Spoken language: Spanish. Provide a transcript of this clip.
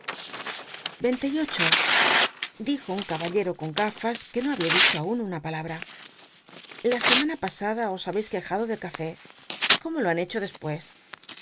ycinte y ocho dijo un caballcr o con gafas que no había dicho aun una palabra la semana fr biblioteca nacional de españa david copperfield pasada os ha beis quejado del café cómo lo han hecho dcspues